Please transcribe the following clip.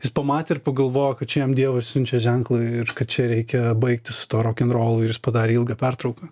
jis pamatė ir pagalvojo kad čia jam dievas siunčia ženklą kad čia reikia baigti su tuo rokenrolu ir jis padarė ilgą pertrauką